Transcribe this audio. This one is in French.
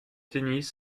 tennis